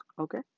Okay